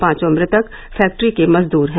पांचों मृतक फैक्ट्री के मजदूर हैं